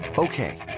Okay